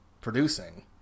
producing